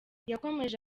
yakomeje